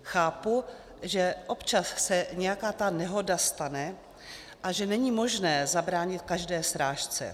Chápu, že občas se nějaká ta nehoda stane a že není možné zabránit každé srážce.